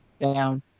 down